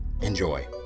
Enjoy